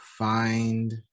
find